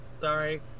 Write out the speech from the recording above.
sorry